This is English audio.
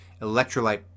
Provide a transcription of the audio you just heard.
electrolyte